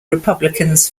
republicans